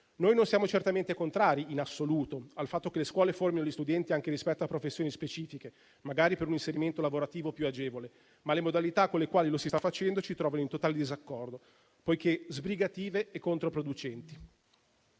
Noi non siamo certamente contrari in assoluto al fatto che le scuole formino gli studenti anche rispetto a professioni specifiche, magari per un inserimento lavorativo più agevole, ma le modalità con le quali lo si sta facendo ci trovano in totale disaccordo, poiché sbrigative e controproducenti.